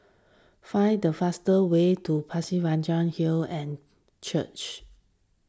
find the fastest way to Pasir Panjang Hill and Church